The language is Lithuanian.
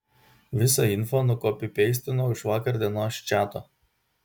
visą info nukopipeistinau iš vakar dienos čato